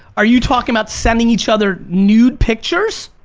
are you talking about sending each other nude pictures?